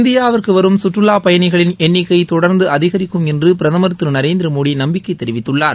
இந்தியாவிற்கு வரும் கற்றுவாப்பயணிகளின் எண்ணிக்கை தொடர்ந்து அதிகரிக்கும் என்று பிரதமர் திரு நர்நதிர மோடி நம்பிக்கை தெரிவித்துள்ளார்